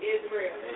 Israel